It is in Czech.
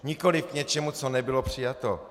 Nikoliv k něčemu, co nebylo přijato.